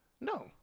No